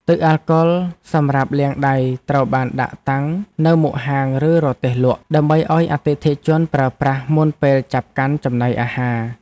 ទឹកអាល់កុលសម្រាប់លាងដៃត្រូវបានដាក់តាំងនៅមុខហាងឬរទេះលក់ ដើម្បីឱ្យអតិថិជនប្រើប្រាស់មុនពេលចាប់កាន់ចំណីអាហារ។